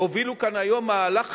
הובילו כאן היום מהלך חשוב,